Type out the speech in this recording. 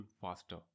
faster